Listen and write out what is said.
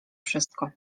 wszystko